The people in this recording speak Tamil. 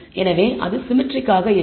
எனவே அது சிம்மெட்ரிக் ஆக இருக்கும்